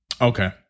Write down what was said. Okay